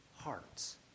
hearts